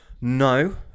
No